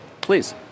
Please